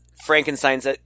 frankenstein's